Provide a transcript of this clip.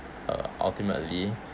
uh ultimately